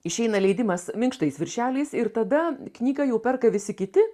išeina leidimas minkštais viršeliais ir tada knygą jau perka visi kiti